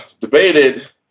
debated